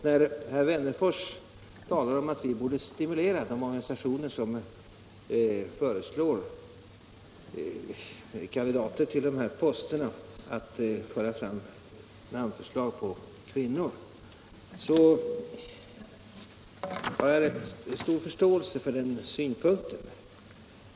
När herr Wennerfors talar om att vi borde stimulera de organisationer som föreslår kandidater till de här posterna att föra fram namnförslag på kvinnor har jag rätt stor förståelse för den synpunkten.